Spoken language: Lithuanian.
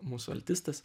mūsų altistas